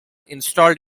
installed